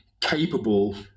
capable